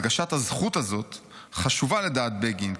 הדגשת 'הזכות' הזאת חשובה לדעת בגין,